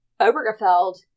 Obergefell